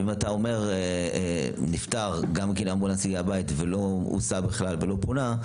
אם אתה אומר נפטר כי אמבולנס הגיע לביתו ולא הוסע ולא פונה,